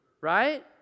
right